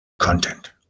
content